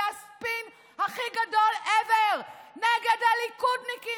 זה הספין הכי גדול ever נגד הליכודניקים,